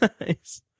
Nice